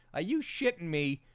ah you shitting me?